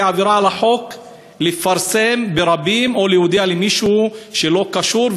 זה עבירה על החוק לפרסם ברבים או להודיע למישהו שלא קשור,